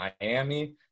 Miami